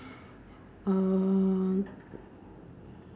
um